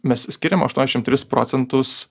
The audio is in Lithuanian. mes skiriam aštuoniašim tris procentus